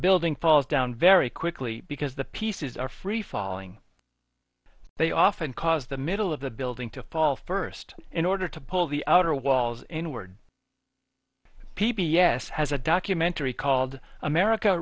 building falls down very quickly because the pieces are free falling they often cause the middle of the building to fall first in order to pull the outer walls inward p b s has a documentary called america